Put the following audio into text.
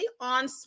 on